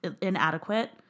inadequate